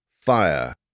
fire